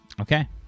Okay